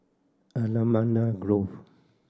Allamanda Grove